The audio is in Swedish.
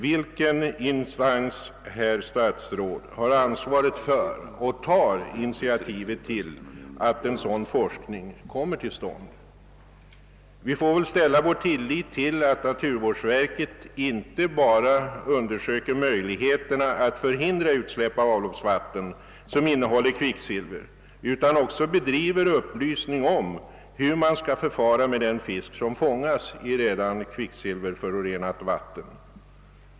Vilken instans, herr statsråd, har ansvaret för och tar initiativet till att en sådan forskning kommed till stånd? Vi får väl sätta vår lit till att naturvårdsverket inte bara undersöker möjligheterna att förhindra utsläpp av avloppsvatten som innehåller kvicksilver utan också bedriver upplysning om hur man skall förfara med den fisk som fångas i redan kvicksilverförorenat vatten.